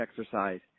exercise